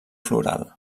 floral